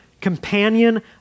companion